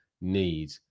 need